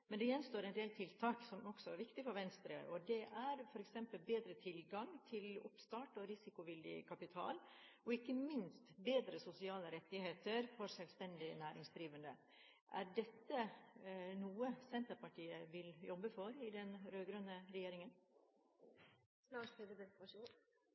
Men det gjenstår en del tiltak som også er viktig for Venstre. Det er f.eks. bedre tilgang til oppstartskapital og risikovillig kapital og, ikke minst, bedre sosiale rettigheter for selvstendig næringsdrivende. Er dette noe Senterpartiet vil jobbe for i den